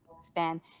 span